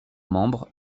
membres